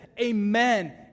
Amen